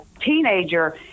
teenager